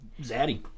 Zaddy